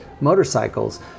motorcycles